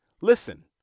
Listen